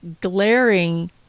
glaring